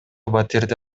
батирде